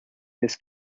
this